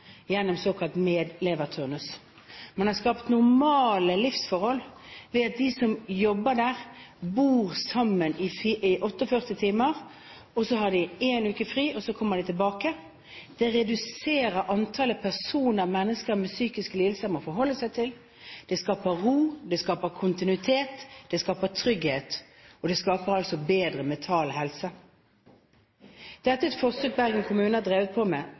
gjennom såkalt «medleverturnus». Man har skapt normale livsforhold ved at de som jobber der, bor sammen i 48 timer. Så har de én uke fri, og så kommer de tilbake. Det reduserer antallet personer som mennesker med psykiske lidelser må forholde seg til. Det skaper ro, det skaper kontinuitet, det skaper trygghet, og det skaper bedre mental helse. Dette er et forsøk Bergen kommune har drevet med.